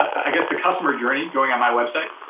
i guess, the customer journey, going on my website.